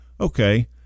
okay